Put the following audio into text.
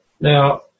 Now